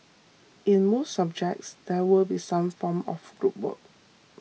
in most subjects there will be some form of group work